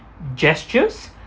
gestures